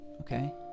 Okay